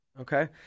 Okay